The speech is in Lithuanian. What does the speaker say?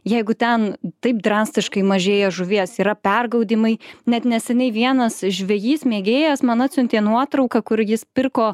jeigu ten taip drastiškai mažėja žuvies yra pergaudymai net neseniai vienas žvejys mėgėjas man atsiuntė nuotrauką kur jis pirko